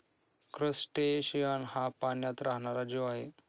crustacean हा पाण्यात राहणारा जीव आहे